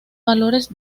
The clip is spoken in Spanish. valores